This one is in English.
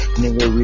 nigga